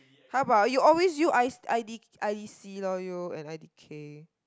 how about you always use I I D I_D_C lor you and I_D_K